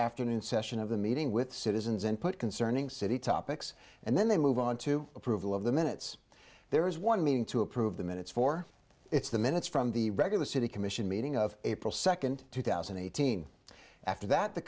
afternoon session of the meeting with citizens and put concerning city topics and then they move on to approval of the minutes there is one meeting to approve the minutes for it's the minutes from the regular city commission meeting of april second two thousand and eighteen after th